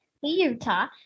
utah